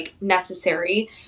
necessary